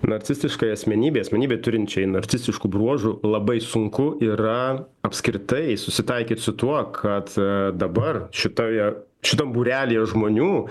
narcistiškai asmenybei asmenybei turinčiai narcistiškų bruožų labai sunku yra apskritai susitaikyt su tuo kad dabar šitoj šitam būrelyje žmonių